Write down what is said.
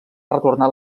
retornar